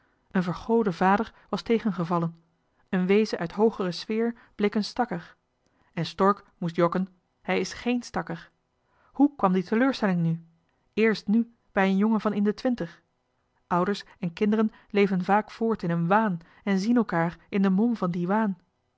een vergode vader was tegengevallen een wezen uit hoogere sfeer bleek een stakker en stork moest jokken hij is géén stakker he kwam die teleurstelling nu éérst nu bij een jongen van in de twintig ouders en kinderen leven dikwijls in een wààn voort en zien elkander bestendig in de mom van dien waan